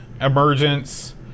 Emergence